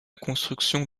construction